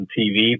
TV